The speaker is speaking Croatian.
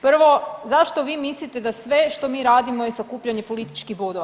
Prvo zašto vi mislite da sve što mi radimo je sakupljanje političkih bodova.